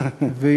נושא נפרד, סליחה?